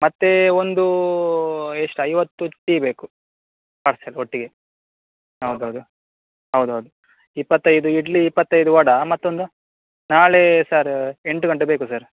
ಮತ್ತು ಒಂದು ಎಷ್ಟು ಐವತ್ತು ಟೀ ಬೇಕು ಪಾರ್ಸಲ್ ಒಟ್ಟಿಗೆ ಹೌದ್ ಹೌದು ಹೌದ್ ಹೌದು ಇಪ್ಪತ್ತೈದು ಇಡ್ಲಿ ಇಪ್ಪತ್ತೈದು ವಡೆ ಮತ್ತೊಂದು ನಾಳೆ ಸರ ಎಂಟು ಗಂಟೆಗೆ ಬೇಕು ಸರ್